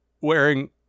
wearing